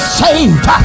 saved